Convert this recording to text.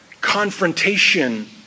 confrontation